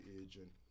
agent